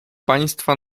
państwa